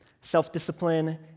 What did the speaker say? self-discipline